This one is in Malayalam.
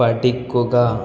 പഠിക്കുക